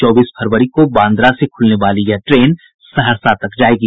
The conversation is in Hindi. चौबीस फरवरी को बांद्रा से खुलने वाली यह ट्रेन सहरसा तक जायेगी